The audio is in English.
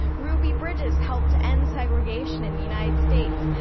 ruby bridges helped to end segregation in the united states.